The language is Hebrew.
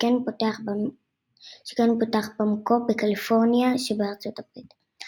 שכן הוא פותח במקור בקליפורניה שבארצות הברית.